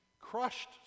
crushed